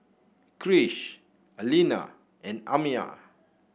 Krish Alina and Amiah